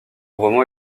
roman